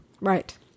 right